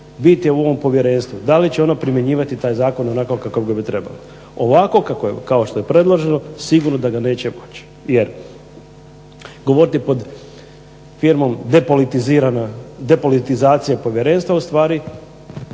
Bit je u ovom povjerenstvu da li će ono primjenjivati taj zakon onako kako bi ga trebalo. Ovako kao što je predloženo sigurno da ga neće moći, jer govoriti pod firmom depolitizirana, depolitizacija povjerenstva u stvari